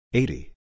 eighty